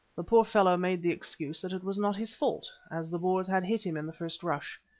the poor fellow made the excuse that it was not his fault, as the boers had hit him in the first rush.